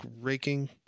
raking